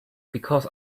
because